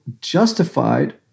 justified